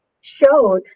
showed